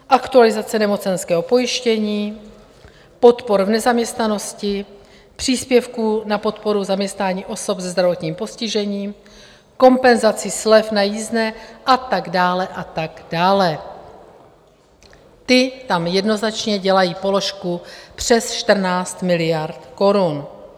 Aktualizace nemocenského pojištění, podpor v nezaměstnanosti, příspěvků na podporu zaměstnání osob se zdravotním postižením, kompenzace slev na jízdné a tak dále a tak dále, ty tam jednoznačně dělají položku přes 14 miliard korun.